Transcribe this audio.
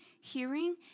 hearing